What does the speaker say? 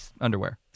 underwear